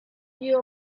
view